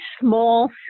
small